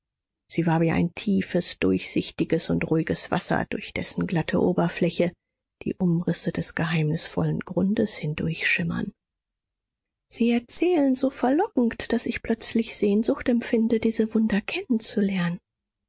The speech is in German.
sie war wie ein tiefes durchsichtiges und ruhiges wasser durch dessen glatte oberfläche die umrisse des geheimnisvollen grundes hindurchschimmern sie erzählen so verlockend daß ich plötzlich sehnsucht empfinde diese wunder